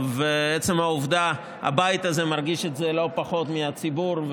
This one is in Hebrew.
הבית הזה מרגיש את זה לא פחות מהציבור,